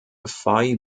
phi